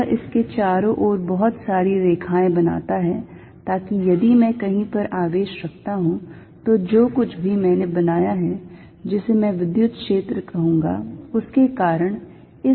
यह इसके चारों ओर बहुत सारी रेखाएं बनाता है ताकि यदि मैं कहीं पर आवेश रखता हूं तो जो कुछ भी मैंने बनाया है जिसे मैं विद्युत क्षेत्र कहूंगा उसके कारण इस पर एक बल लगता है